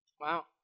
Wow